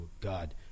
God